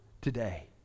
today